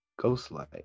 Ghostlight